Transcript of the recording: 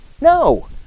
No